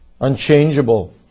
unchangeable